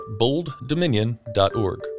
bolddominion.org